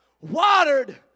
watered